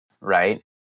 right